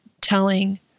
telling